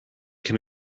can